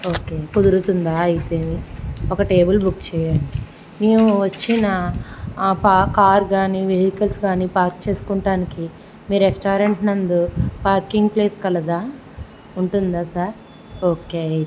okay కుదురుతుందా అయితే ఒక టేబుల్ బుక్ చేయండి మేము వచ్చిన ఆ కార్ కానీ వెహికల్స్ కానీ పార్క్ చేసుకుంటానికి మీ రెస్టారెంట్ నందు పార్కింగ్ ప్లేస్ కలదా ఉంటుందా సార్ ఓకే అయితే